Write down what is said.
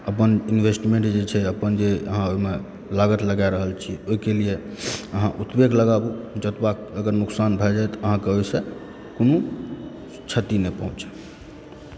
अपन इन्वेस्टमेंट जे छै अपन जे अहाँ ओहिमे लागत लगाए रहल छियै ओहिके लेल अहाँ ओतबे लगाबूँ जतबा अगर नुकसान भए जाए तऽ अहाँकेँ ओहिसँ कोनो क्षति नहि पहुँचए